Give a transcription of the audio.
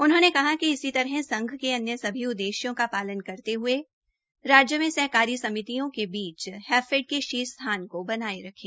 उन्होंने कहा कि इसी तहत संघ के अन्य सभी उद्देश्यों का पालन करते ह्ये राज्य में सहकारी समितियों के बीच हैफेड के शीर्ष स्थान को बनाये रखें